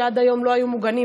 שעד היום לא היו מוגנים,